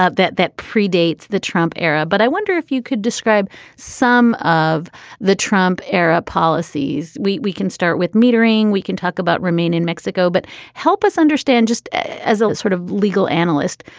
ah that that pre-dates the trump era. but i wonder if you could describe some of the trump era policies. we we can start with metering. we can talk about remain in mexico. but help us understand, just as a sort of legal analyst,